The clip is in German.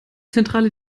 zentrale